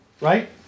right